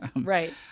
Right